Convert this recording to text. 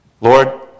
Lord